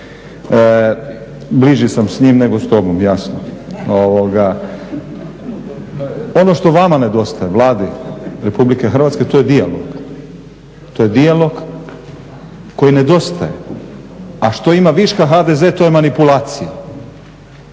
bliži sam s njim nego s tobom, jasno. Ono što vama nedostaje, Vladi Republike Hrvatske to je dijalog, to je dijalog koji nedostaje, a što ima viška HDZ to je manipulacija.